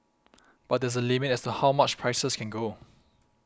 but there's a limit as how much prices can go